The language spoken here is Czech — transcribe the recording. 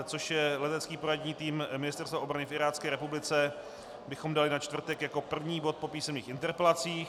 Bod 222, což je Letecký poradní tým Ministerstva obrany v Irácké republice, bychom dali na čtvrtek jako první bod po písemných interpelacích.